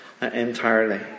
entirely